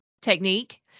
technique